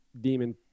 demon